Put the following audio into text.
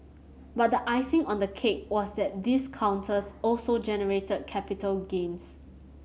but the icing on the cake was that these counters also generated capital gains